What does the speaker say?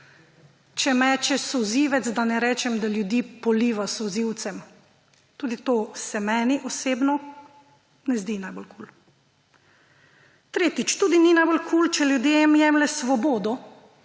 če meče solzivec, da ne rečem, da ljudi poliva s solzivcem. Tudi to se meni osebno ne zdi najbolj kul. Tretjič. Tudi ni najbolj kul, če ljudem jemlje svobodo